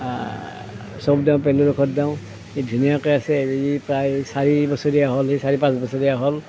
চব দিওঁ পেলুৰ ঔষধ দিওঁ ই ধুনীয়াকৈ আছে ই প্ৰায় চাৰি বছৰীয়া হ'ল ই চাৰি পাঁচ বছৰীয়া হ'ল